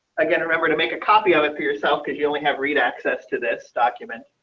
again, remember to make a copy of it for yourself because you only have read access to this document.